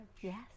Yes